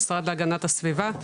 המשרד להגנת הסביבה,